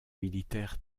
militaires